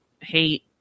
hate